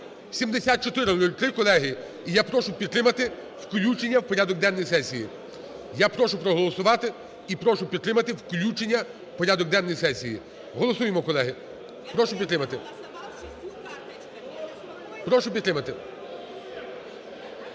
7403, колеги. І я прошу підтримати включення в порядок денний сесії. Я прошу проголосувати і прошу підтримати включення в порядок денний сесії. Голосуємо, колеги. Прошу підтримати. Прошу підтримати.